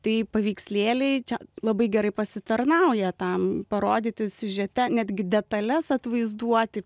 tai paveikslėliai čia labai gerai pasitarnauja tam parodyti siužete netgi detales atvaizduoti